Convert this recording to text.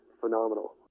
phenomenal